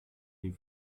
die